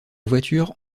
voiture